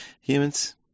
Humans